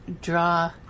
draw